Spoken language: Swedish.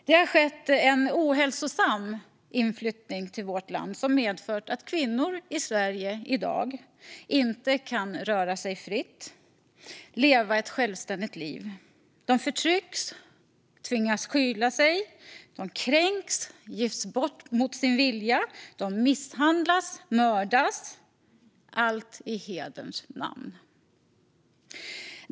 Det har skett en ohälsosam inflyttning till vårt land, som medfört att kvinnor i Sverige i dag inte kan röra sig fritt och leva ett självständigt liv. De förtrycks, tvingas skyla sig, kränks, gifts bort mot sin vilja, misshandlas och mördas - allt i hederns namn.